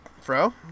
Fro